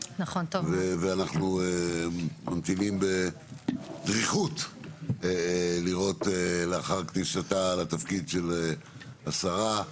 ואנחנו ממתינים בדריכות לראות לאחר כניסתה לתפקיד של השרה,